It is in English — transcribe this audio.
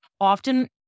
often